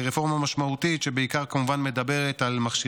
ומשפיע באופן ישיר על יוקר המחיה בישראל.